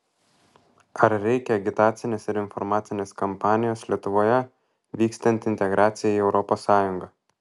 ar reikia agitacinės ir informacinės kampanijos lietuvoje vykstant integracijai į europos sąjungą